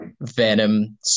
Venom